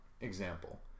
example